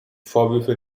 vorwürfe